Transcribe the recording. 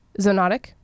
Zonotic